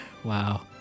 Wow